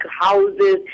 houses